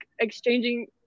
exchanging